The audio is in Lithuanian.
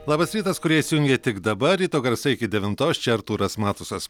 labas rytas kurie įsijungia tik dabar ryto garsai iki devintos čia artūras matusas